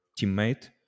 teammate